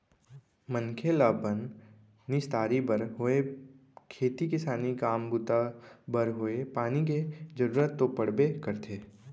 मनखे ल अपन निस्तारी बर होय खेती किसानी के काम बूता बर होवय पानी के जरुरत तो पड़बे करथे